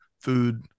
food